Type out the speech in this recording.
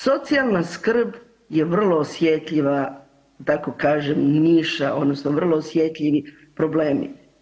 Socijalna skrb je vrlo osjetljiva, tako kažem, niša odnosno vrlo osjetljivi problemi.